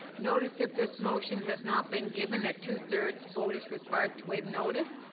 notice of this motion has not been given. a two-thirds vote is required to waive notice.